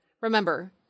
Remember